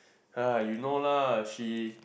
ah you know lah she